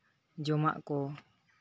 ᱡᱚᱢᱟᱜ ᱠᱚ